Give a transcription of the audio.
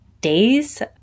days